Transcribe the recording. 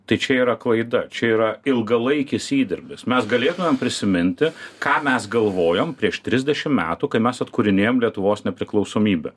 tai čia yra klaida čia yra ilgalaikis įdirbis mes galėtumėm prisiminti ką mes galvojom prieš trisdešimt metų kai mes atkūrinėjom lietuvos nepriklausomybę